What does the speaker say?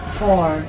four